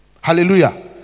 Hallelujah